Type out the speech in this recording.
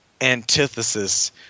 antithesis